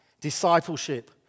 discipleship